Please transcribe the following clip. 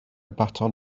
baton